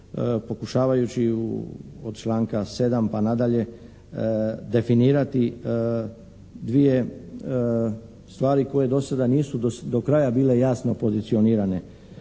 pokušavajući od članka 7. pa nadalje definirati dvije stvari koje do sada nisu do kraja bile jasno pozicionirane.